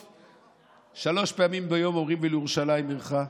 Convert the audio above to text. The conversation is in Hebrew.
שלוש פעמים ביום אומרים "ולירושלים עירך".